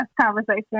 conversation